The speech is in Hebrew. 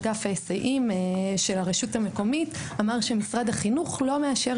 אגף ההיסעים של הרשות המקומית אמר שמשרד החינוך לא מאשר